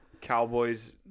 Cowboys